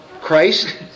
Christ